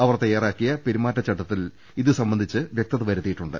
അവർ തയ്യാറാക്കിയ പെരുമാറ്റച്ചട്ടത്തിൽ ഇതുസംബന്ധിച്ച് വൃക്തത വരുത്തിയിട്ടുണ്ട്